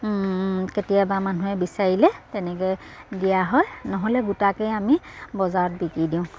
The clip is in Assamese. কেতিয়াবা মানুহে বিচাৰিলে তেনেকে দিয়া হয় নহ'লে গোটাকে আমি বজাৰত বিকি দিওঁ